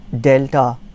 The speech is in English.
delta